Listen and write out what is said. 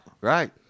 Right